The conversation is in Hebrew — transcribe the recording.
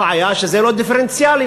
הבעיה שזה לא דיפרנציאלי,